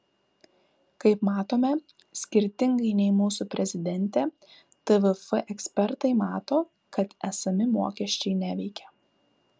kaip matome skirtingai nei mūsų prezidentė tvf ekspertai mato kad esami mokesčiai neveikia